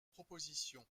propositions